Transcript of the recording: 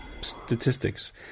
statistics